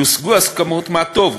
יושגו הסכמות, מה טוב,